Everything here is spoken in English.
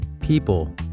People